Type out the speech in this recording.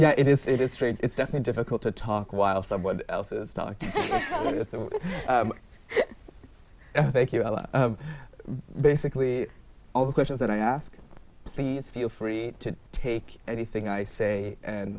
yeah it is it is strange it's definite difficult to talk while someone else's talk thank you basically all the questions that i ask please feel free to take anything i say and